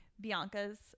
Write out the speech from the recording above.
Bianca's